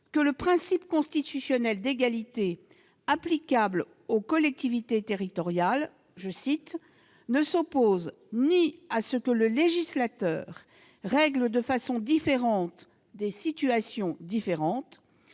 que le principe constitutionnel d'égalité applicable aux collectivités territoriales « ne s'oppose ni à ce que le législateur règle de façon différente des situations différentes